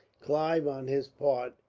clive, on his part,